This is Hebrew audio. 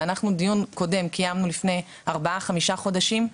ואנחנו דיון קודם קיימנו לפני ארבעה-חמישה חודשים,